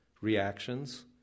reactions